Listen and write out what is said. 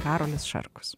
karolis šarkus